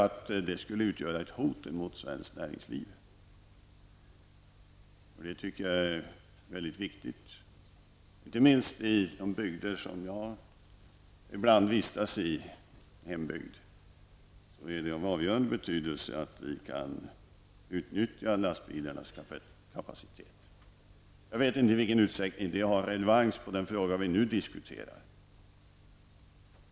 Det skulle nämligen utgöra ett hot mot svenskt näringsliv, och det tycker jag är mycket viktigt. Inte minst i de bygder som jag ibland vistas i -- mina hembygder -- är det av avgörande betydelse att man kan utnyttja lastbilarnas kapacitet. Jag vet inte i vilken utsträckning detta har relevans på den fråga vi nu diskuterar.